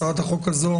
הצעת החוק הזאת